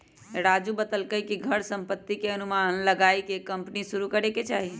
राजू बतलकई कि घर संपत्ति के अनुमान लगाईये के कम्पनी शुरू करे के चाहि